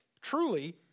truly